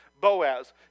Boaz